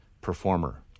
performer